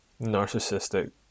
narcissistic